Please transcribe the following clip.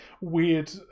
weird